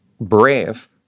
brave